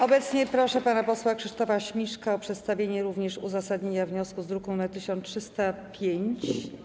Obecnie proszę pana posła Krzysztofa Śmiszka o przedstawienie również uzasadnienia wniosku z druku nr 1305.